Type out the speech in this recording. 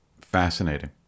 Fascinating